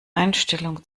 einstellung